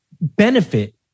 benefit